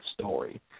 story